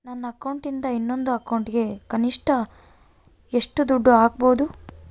ನನ್ನ ಅಕೌಂಟಿಂದ ಇನ್ನೊಂದು ಅಕೌಂಟಿಗೆ ಕನಿಷ್ಟ ಎಷ್ಟು ದುಡ್ಡು ಹಾಕಬಹುದು?